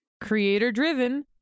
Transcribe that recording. Creator-driven